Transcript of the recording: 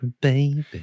baby